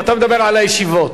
אתה מדבר על הישיבות.